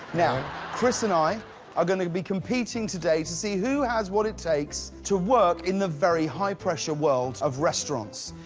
yeah chris and i ah will be competing today to see who has what it takes to work in the very high pressure world of restaurants.